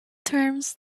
terms